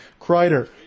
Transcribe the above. Kreider